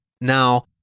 Now